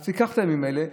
אז תיקח את הימים האלה,